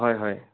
হয় হয়